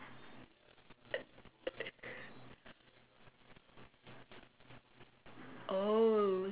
oh